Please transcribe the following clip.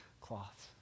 cloths